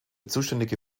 zuständige